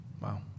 Wow